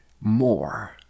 more